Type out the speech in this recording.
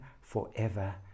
forever